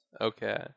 Okay